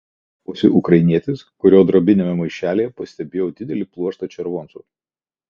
čia batsiuviu darbavosi ukrainietis kurio drobiniame maišelyje pastebėjau didelį pluoštą červoncų